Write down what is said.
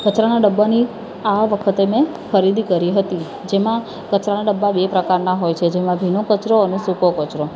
કચરાના ડબ્બાની આ વખત મેં ખરીદી કરી હતી જેમાં કચરાના ડબ્બા બે પ્રકારના હોય છે જેમાં ભીનો કચરો અને સૂકો કચરો